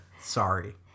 Sorry